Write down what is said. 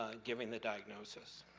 ah giving the diagnosis.